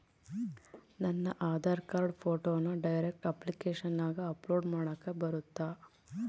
ನನ್ನ ಆಧಾರ್ ಕಾರ್ಡ್ ಫೋಟೋನ ಡೈರೆಕ್ಟ್ ಅಪ್ಲಿಕೇಶನಗ ಅಪ್ಲೋಡ್ ಮಾಡಾಕ ಬರುತ್ತಾ?